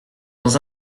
dans